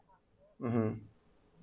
mmhmm